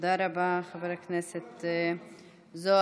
תודה רבה, חבר הכנסת זוהר.